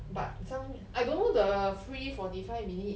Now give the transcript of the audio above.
but zhang I don't know the free forty five minute